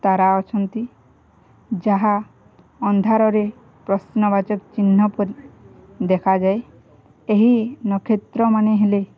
ତାରା ଅଛନ୍ତି ଯାହା ଅନ୍ଧାରରେ ପ୍ରଶ୍ନବାଚକ ଚିହ୍ନ ପରି ଦେଖାଯାଏ ଏହି ନକ୍ଷତ୍ର ମାନେ ହେଲେ